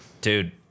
dude